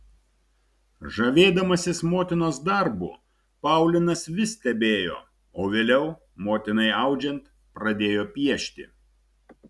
žavėdamasis motinos darbu paulinas vis stebėjo o vėliau motinai audžiant pradėjo piešti